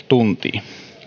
tuntia